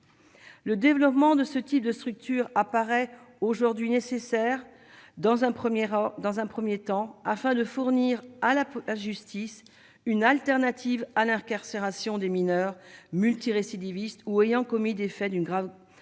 le développement de ce type de structure apparaît aujourd'hui nécessaire dans un 1er rôle dans un 1er temps afin de fournir à la peau, la justice, une alternative à l'incarcération des mineurs multirécidivistes ou ayant commis des faits d'une grave